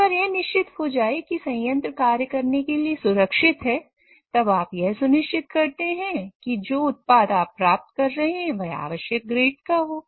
एक बार यह निश्चित हो जाए कि संयंत्र कार्य करने के लिए सुरक्षित है तब आप यह सुनिश्चित करते हैं कि जो उत्पाद आप प्राप्त कर रहे हैं वह आवश्यक ग्रेड का हो